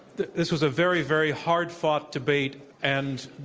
this this was a very, very hard fought debate, and,